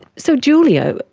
so julia,